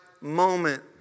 moment